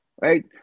right